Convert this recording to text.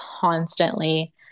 constantly